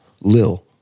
Lil